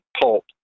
pulp